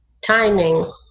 timing